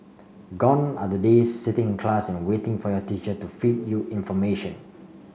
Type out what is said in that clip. gone are the days sitting in class and waiting for your teacher to feed you information